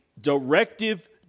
directive